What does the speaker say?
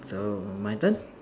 so my turn